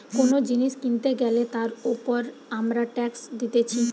কোন জিনিস কিনতে গ্যালে তার উপর আমরা ট্যাক্স দিতেছি